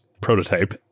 prototype